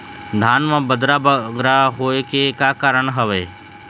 धान म बदरा बगरा होय के का कारण का हवए?